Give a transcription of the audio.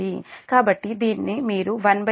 కాబట్టి దీన్ని మీరు 1SecSec గా చేయవచ్చు